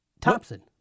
Thompson